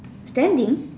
standing